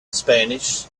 spanish